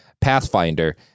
Pathfinder